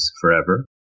forever